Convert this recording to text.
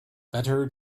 better